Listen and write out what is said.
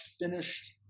finished